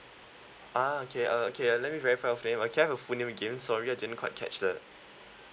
ah okay uh okay uh let me verify your full name uh can I have your full name again sorry I didn't quite catch the